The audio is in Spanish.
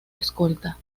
escolta